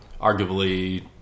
arguably